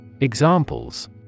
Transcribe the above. Examples